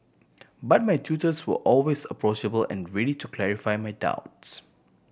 but my tutors were always approachable and ready to clarify my doubts